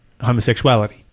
homosexuality